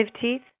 teeth